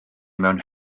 mewn